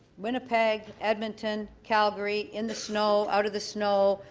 winnipeg, edmonton, calgary, in the snow, out of the snow,